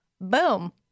boom